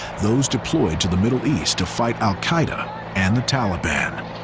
those deployed to the middle east to fight al-qaeda and the taliban.